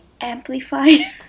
amplifier